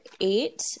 eight